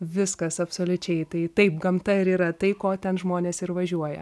viskas absoliučiai tai taip gamta ir yra tai ko ten žmonės ir važiuoja